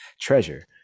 treasure